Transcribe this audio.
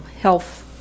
health